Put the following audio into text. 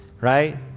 right